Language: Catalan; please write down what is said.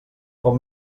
com